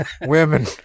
women